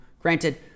granted